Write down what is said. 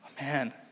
Man